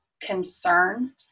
concern